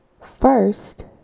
first